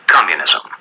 communism